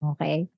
Okay